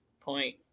point